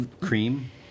Cream